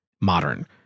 modern